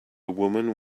woman